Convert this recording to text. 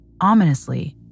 Ominously